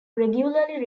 regularly